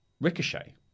Ricochet